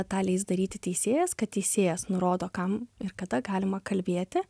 tą leis daryti teisėjas kad teisėjas nurodo kam ir kada galima kalbėti